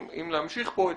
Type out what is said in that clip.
אם להמשיך פה,